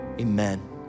amen